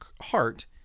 heart